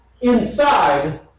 inside